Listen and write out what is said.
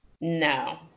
No